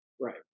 Right